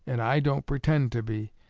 and i don't pretend to be.